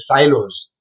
silos